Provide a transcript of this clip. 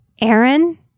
Aaron